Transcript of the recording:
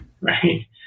Right